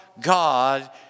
God